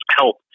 help